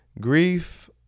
grief